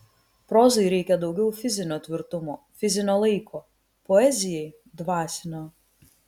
prozai reikia daugiau fizinio tvirtumo fizinio laiko poezijai dvasinio